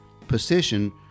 position